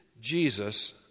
Jesus